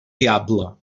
diable